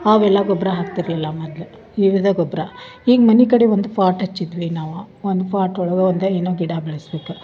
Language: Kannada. ಅವೆಲ್ಲ ಗೊಬ್ಬರ ಹಾಕ್ತಿರಲಿಲ್ಲ ಮೊದಲು ಈಗಿದ್ದೆ ಗೊಬ್ಬರ ಈಗ ಮನೆ ಕಡೆ ಒಂದು ಫಾಟ್ ಹಚ್ಚಿದ್ವಿ ನಾವು ಒಂದು ಫಾಟ್ ಒಳಗ ಒಂದು ಏನೋ ಗಿಡ ಬೆಳೆಸಬೇಕು